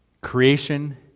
creation